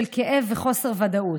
של כאב וחוסר ודאות.